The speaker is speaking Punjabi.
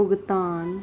ਭੁਗਤਾਨ